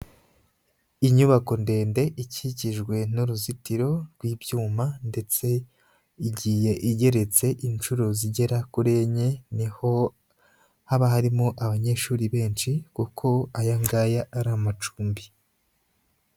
Inyubako ndende ikikijwe n'uruzitiro rw'ibyuma, ndetse, igiye igeretse inshuro zigera kuri enye, niho haba harimo abanyeshuri benshi, kuko aya ngaya ari amacumbi.